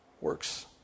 works